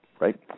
right